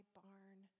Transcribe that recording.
barn